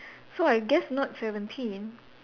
so I guess not seventeen